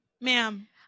ma'am